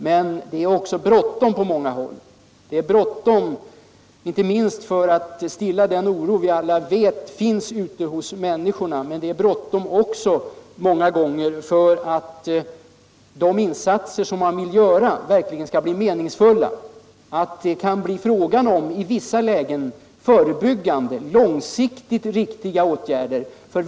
Det är emellertid också bråttom på många håll, inte minst när det gäller att stilla den oro som vi alla vet finns ute bland människorna men också i många fall med tanke på att de insatser som man vill göra verkligen skall bli meningsfulla och att de i vissa lägen skall kunna bli långsiktigt förebyggande och riktiga.